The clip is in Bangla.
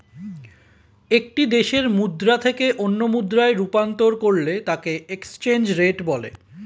একটি দেশের মুদ্রা থেকে অন্য মুদ্রায় রূপান্তর করলে তাকেএক্সচেঞ্জ রেট বলে